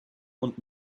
und